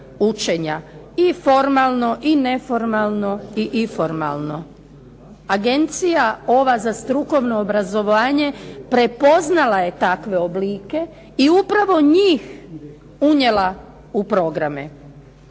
učenja, i formalno i neformalno i iformalno. Agencija ova za strukovno obrazovanje prepoznala je takve oblike i upravo njih unijela u programe